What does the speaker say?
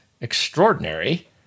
extraordinary